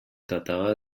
trataba